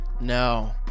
No